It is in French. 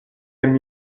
aimes